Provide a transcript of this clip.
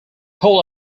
whole